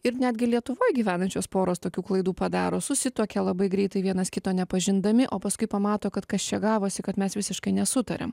ir netgi lietuvoj gyvenančios poros tokių klaidų padaro susituokia labai greitai vienas kito nepažindami o paskui pamato kad kas čia gavosi kad mes visiškai nesutariam